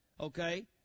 okay